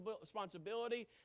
responsibility